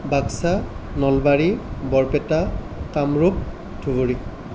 Baksa Nalbari Barpeta Kamrup Dhubri